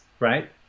Right